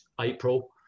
April